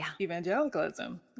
evangelicalism